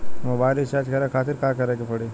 Mobile recharge करे खातिर का करे के पड़ी?